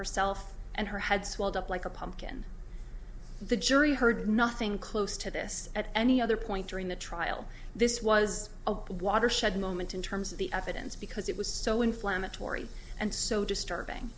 herself and her head swelled up like a pumpkin the jury heard nothing close to this at any other point during the trial this was a watershed moment in terms of the evidence because it was so inflammatory and so disturbing